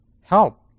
help